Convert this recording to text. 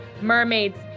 mermaids